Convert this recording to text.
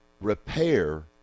repair